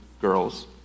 girls